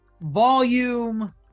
volume